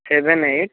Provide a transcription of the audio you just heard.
seven eight